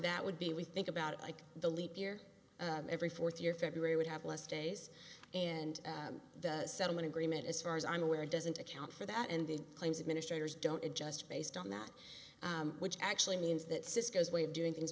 that would be we think about it like the leap year every fourth year february would have less days and the settlement agreement as far as i'm aware doesn't account for that and the claims administrators don't adjust based on that which actually means that cisco's way of doing things